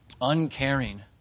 uncaring